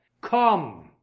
Come